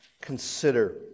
consider